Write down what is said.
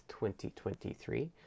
2023